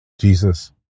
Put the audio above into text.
Jesus